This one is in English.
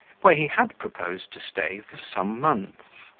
where he had proposed to stay for some months.